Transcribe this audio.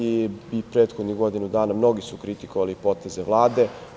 I prethodnih godinu dana mnogi su kritikovali poteze Vlade.